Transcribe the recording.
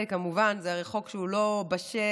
כמובן שזה חוק לא בשל,